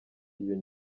iyo